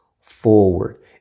forward